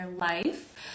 life